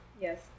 Yes